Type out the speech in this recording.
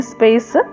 Space